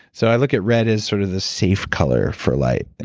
so i look at red as sort of the safe color for light. and